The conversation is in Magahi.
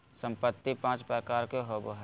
संपत्ति पांच प्रकार के होबो हइ